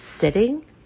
sitting